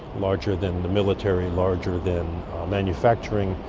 larger than the military, larger than ah manufacturing.